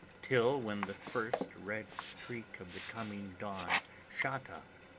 till when the first red streak of the coming dawn shot up,